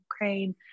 Ukraine